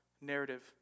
narrative